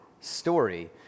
story